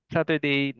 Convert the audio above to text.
Saturday